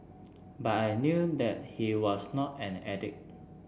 but I knew that he was not an addict